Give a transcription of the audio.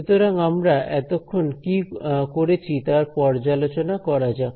সুতরাং আমরা এতক্ষণ কি করেছি তার পর্যালোচনা করা যাক